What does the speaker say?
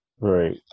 right